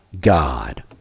God